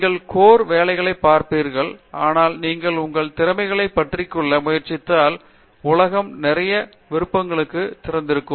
நீங்கள் கோர் வேலைகள் பார்ப்பீர்கள் ஆனால் நீங்கள் உங்கள் திறன்களைப் பற்றிக் கொள்ள முயற்சித்தால் உலகம் நிறைய விருப்பங்களுக்கு திறந்திருக்கும்